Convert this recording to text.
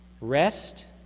Rest